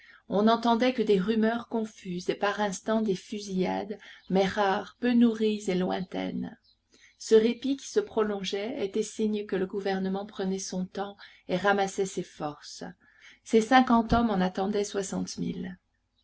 on n'entendait que des rumeurs confuses et par instants des fusillades mais rares peu nourries et lointaines ce répit qui se prolongeait était signe que le gouvernement prenait son temps et ramassait ses forces ces cinquante hommes en attendaient